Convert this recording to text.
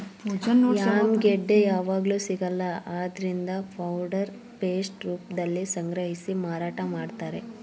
yam ಗೆಡ್ಡೆ ಯಾವಗ್ಲೂ ಸಿಗಲ್ಲ ಆದ್ರಿಂದ ಪೌಡರ್ ಪೇಸ್ಟ್ ರೂಪ್ದಲ್ಲಿ ಸಂಗ್ರಹಿಸಿ ಮಾರಾಟ ಮಾಡ್ತಾರೆ